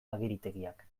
agiritegiak